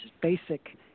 basic